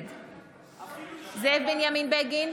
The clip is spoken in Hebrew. נגד זאב בנימין בגין,